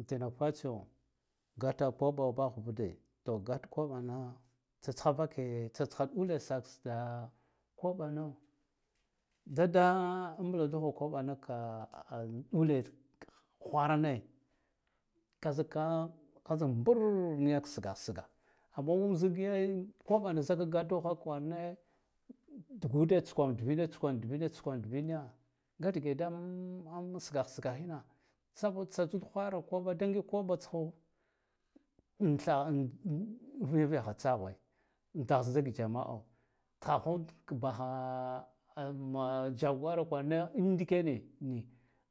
A tinak fatsilyo gata kob1 bah vude gat koɓa na tsatsha vake tsatsha ɗule saks ka koɓana dada mbladuha koɓana ka ɗule hwarane kazikka kaz ndur niya sgah sga amma zik ya ko ɓana sagajadoha kwarane tugude tsa kwam tvine tskwam tvinetskwam tvinna nga dige dan an an sgah sgahine sabal tsatsud hwar a koɓa da ngig koɓa tsho amthaha unvaraha tsahwe andah sdig jamao thahok baha an ma jago ra kwarane am ndikene ni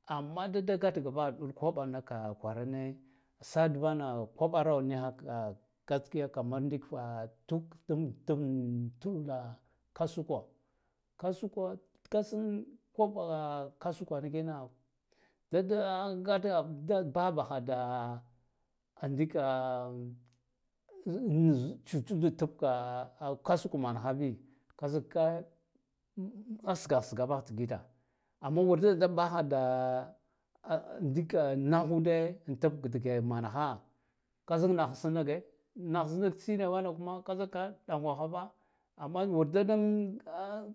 am dada gat ga bahha koɓa na kwarare sa dvana koɓaro niha ka ka tskiye kamar ndika tuk frun tun ɗula ka sukwo kasuko kasan koɓa kasu kwana kina dada ngatha da bahha da ndika un uzu tsutsuda an kasu kan manaha bi kazakka a sgah sgah bah digite amma war da baha da aa ndika nahude tab dige manaha ka zak nahs nige nahs nig tsine wanan kuma kazika dangwaha ba amma wur da dan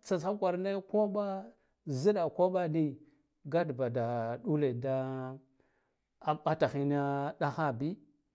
tsatsha karane koɓa ziɗa koɓa ni gat badaɗule da amɓata ho yina dahabi.